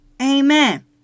Amen